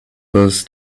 was